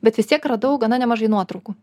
bet vis tiek radau gana nemažai nuotraukų